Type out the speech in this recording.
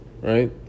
right